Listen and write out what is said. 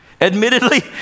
Admittedly